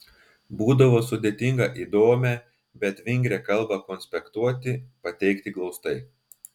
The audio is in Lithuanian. būdavo sudėtinga įdomią bet vingrią kalbą konspektuoti pateikti glaustai